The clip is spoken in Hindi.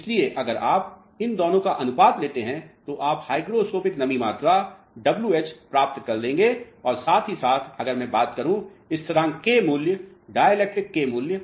इसलिए अगर आप इन दोनों का अनुपात लेते हैं तो आप हाइग्रोस्कोपिक नमी मात्रा डब्ल्यू एच प्राप्त कर लेंगे और साथ ही साथ अगर मैं बात करूं स्थरांक k मूल्य डाई इलेक्ट्रिक k मूल्य